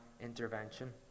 intervention